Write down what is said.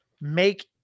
make